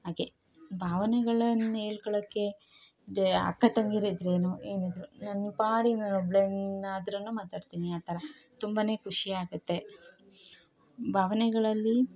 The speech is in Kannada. ಹಾಗೆ ಭಾವನೆಗಳನ್ ಹೇಳ್ಕೊಳಕ್ಕೆ ಜ ಅಕ್ಕ ತಂಗಿರಿದ್ರೇನು ಏನಿದ್ರು ನನ್ನ ಪಾಡಿಗೆ ನಾನೊಬ್ಳೆನು ಆದ್ರು ಮಾತಾಡ್ತಿನಿ ಆ ಥರ ತುಂಬಾ ಖುಷಿ ಆಗುತ್ತೆ ಭಾವನೆಗಳಲ್ಲಿ